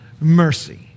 mercy